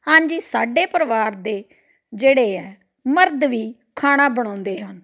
ਹਾਂਜੀ ਸਾਡੇ ਪਰਿਵਾਰ ਦੇ ਜਿਹੜੇ ਹੈ ਮਰਦ ਵੀ ਖਾਣਾ ਬਣਾਉਂਦੇ ਹਨ